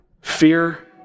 fear